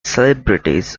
celebrities